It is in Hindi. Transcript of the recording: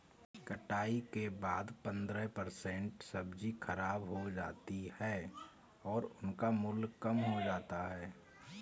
कटाई के बाद पंद्रह परसेंट सब्जी खराब हो जाती है और उनका मूल्य कम हो जाता है